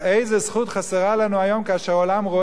איזה זכות חסרה לנו היום כאשר העולם רועש